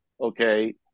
okay